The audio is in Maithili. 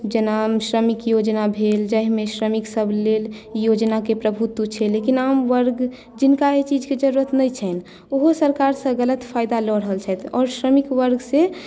जेना श्रमिक योजना भेल एहिमे श्रमिक सभकेँ लेल योजनाके प्रभुत्व छनि लेकिन आम वर्ग जिनका एहि चीजके जरुरत नहि छनि ओहो सरकारसँ गलत फायदा लऽ रहल छथि आओर श्रमिक वर्ग से